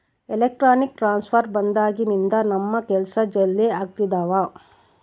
electronic transfer ಬಂದಾಗಿನಿಂದ ನಮ್ ಕೆಲ್ಸ ಜಲ್ದಿ ಆಗ್ತಿದವ